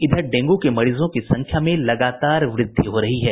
इधर डेंगू के मरीजों की संख्या में लगातार वृद्धि हो रही है